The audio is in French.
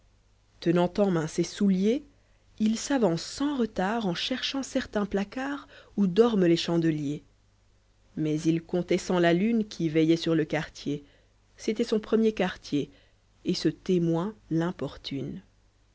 tenant en main ses souliers il s'avance sans ré tard en cherchant certain placard où dorment les chandeliers mais il comptait sans la lune qui veillait sur le quartier c'était son premier quartier et ce témoin l'importune